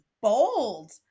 bold